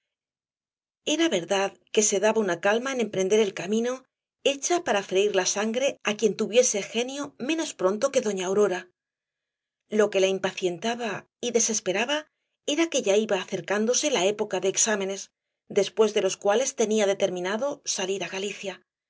era verdad que se daba una calma en emprender el camino hecha para freir la sangre á quien tuviese genio menos pronto que doña aurora lo que la impacientaba y desesperaba era que ya iba acercándose la época de exámenes después de los cuales tenía determinado salir á galicia